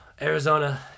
Arizona